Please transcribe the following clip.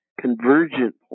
convergent